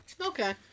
Okay